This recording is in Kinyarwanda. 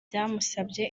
byamusabye